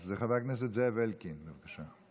אז חבר הכנסת זאב אלקין, בבקשה.